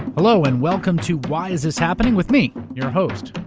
hello and welcome to why is this happening with me, your host,